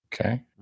Okay